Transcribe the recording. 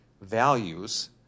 values